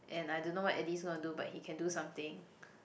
and I don't know what Eddie is going to do but he can do something